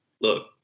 look